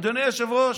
אדוני היושב-ראש,